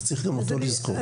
צריך גם אותו לזכור.